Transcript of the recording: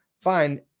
Fine